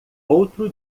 outro